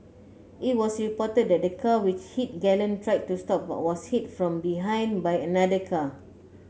it was reported that the car which hit Galen tried to stop but was hit from behind by another car